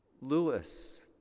Lewis